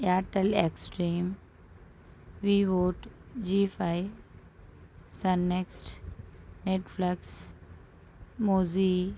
Airtel Xstream வீவோர்ட் Zee5 Sun NXT Netflix மொஸி